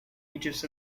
aegis